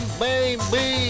baby